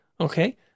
okay